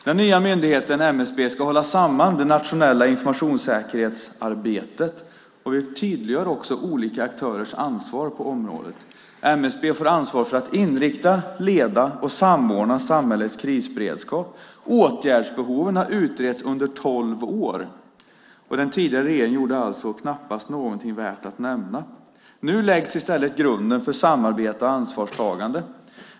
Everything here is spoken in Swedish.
Den nya myndigheten MSB ska hålla samman det nationella informationssäkerhetsarbetet. Vi tydliggör också olika aktörers ansvar på området. MSB får ansvar för att inrikta, leda och samordna samhällets krisberedskap. Åtgärdsbehoven har utretts under tolv år, och den tidigare regeringen gjorde knappast någonting värt att nämna. Nu läggs i stället grunden för samarbete och ansvarstagande.